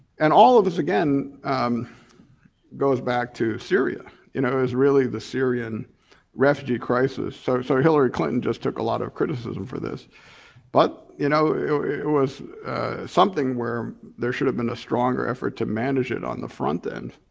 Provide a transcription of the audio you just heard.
and all of this again goes back to syria. you know there's really the syrian refugee crisis. so so hillary clinton just took a lot of criticism for this but you know, it was something where there should have been a stronger effort to manage it on the front end.